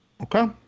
Okay